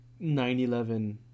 911